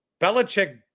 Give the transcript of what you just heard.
Belichick